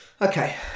Okay